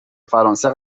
فرانسه